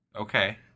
Okay